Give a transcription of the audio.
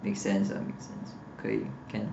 make sense uh make sense 可以 can